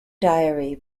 diary